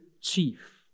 chief